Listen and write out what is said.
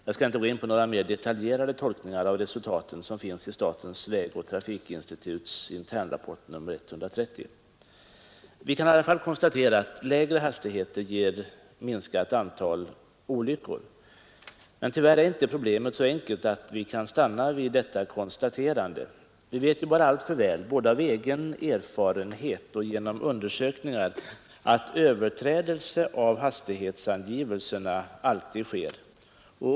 Jag skall inte gå in på några mer detaljerade tolkningar av resultaten, som finns i statens vägoch trafikinstituts internrapport nr 130. Vi kan i alla fall konstatera att lägre hastigheter ger minskat antal olyckor. Men tyvärr är inte problemet så enkelt att vi kan stanna vid detta konstaterande. Vi vet alltför väl både av egen erfarenhet och genom undersökningar att hastighetsangivelserna alltid överträds.